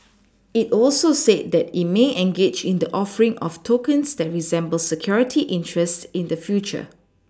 it also said that it may engage in the offering of tokens that resemble security interests in the future